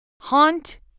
Haunt